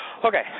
Okay